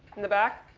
in the back?